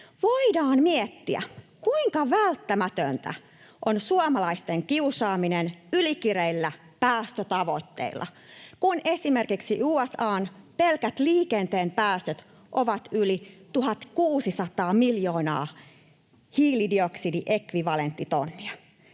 Voidaan miettiä, kuinka välttämätöntä on suomalaisten kiusaaminen ylikireillä päästötavoitteilla, kun esimerkiksi USA:n pelkät liikenteen päästöt ovat yli 1 600 miljoonaa hiilidioksidiekvivalenttitonnia.